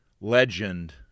legend